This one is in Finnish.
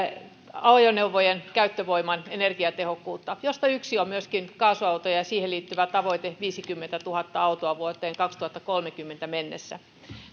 ajoneuvojen käyttövoiman energiatehokkuutta joista yksi on myöskin kaasuauto ja siihen liittyvä tavoite viisikymmentätuhatta autoa vuoteen kaksituhattakolmekymmentä mennessä